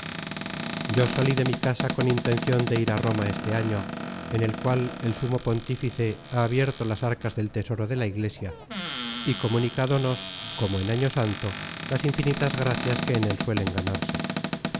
yo salí de mi casa con intencion de ir á roma este año en el cual el sumo pontífice ha abierto las arcas del tesoro de la iglesia y comunicadonos como en año santo las infinitas gracias que en el suelen ganarse